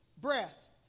breath